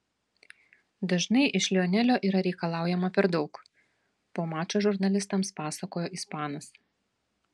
dažnai iš lionelio yra reikalaujama per daug po mačo žurnalistams pasakojo ispanas